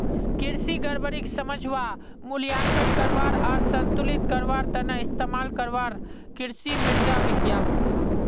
कृषि गड़बड़ीक समझवा, मूल्यांकन करवा आर संतुलित करवार त न इस्तमाल करवार कृषि मृदा विज्ञान